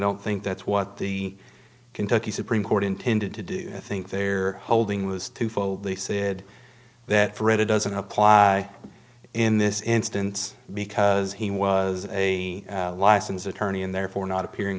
don't think that's what the kentucky supreme court intended to do i think they're holding was too full they said that for it doesn't apply in this instance because he was a licensed attorney and therefore not appearing